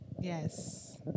Yes